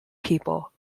people